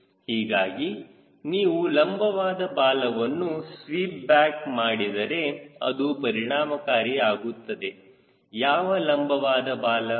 ಹೀಗಾಗಿ ನೀವು ಲಂಬವಾದ ಬಾಲವನ್ನು ಸ್ವೀಪ್ ಬ್ಯಾಕ್ ಮಾಡಿದರೆ ಅದು ಪರಿಣಾಮಕಾರಿ ಆಗುತ್ತದೆ ಯಾವ ಲಂಬವಾದ ಬಾಲ